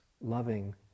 loving